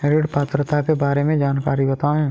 ऋण पात्रता के बारे में जानकारी बताएँ?